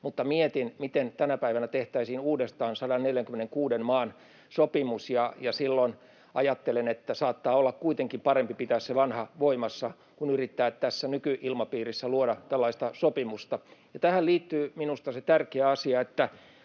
mutta mietin, miten tänä päivänä tehtäisiin uudestaan 146 maan sopimus, ja silloin ajattelen, että saattaa olla kuitenkin parempi pitää se vanha voimassa kuin yrittää tässä nykyilmapiirissä luoda tällaista sopimusta. Tähän liittyy minusta se tärkeä asia,